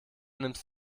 nimmst